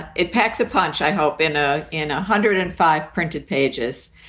it packs a punch, i hope, in a in a hundred and five printed pages.